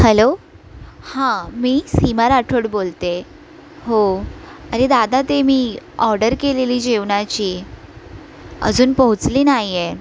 hello हां मी सीमा राठोड बोलते आहे हो अरे दादा ते मी ऑर्डर केलेली जेवणाची अजून पोहोचली नाही आहे